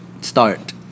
Start